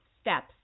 steps